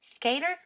Skaters